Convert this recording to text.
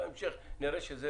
אם בהמשך נראה שזה